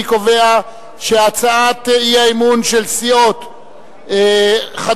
אני קובע שהצעת האי-אמון של סיעות חד"ש,